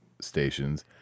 stations